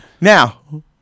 now